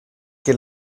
que